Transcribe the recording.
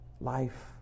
Life